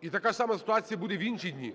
І така ж сама ситуація буде в інші дні,